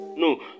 No